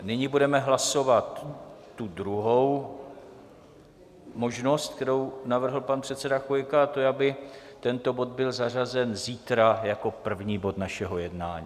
Nyní budeme hlasovat tu druhou možnost, kterou navrhl pan předseda Chvojka a to je, aby tento bod byl zařazen zítra jako první bod našeho jednání.